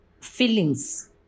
feelings